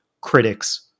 critics